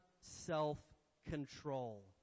self-control